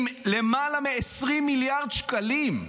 עם למעלה מ-20 מיליארד שקלים.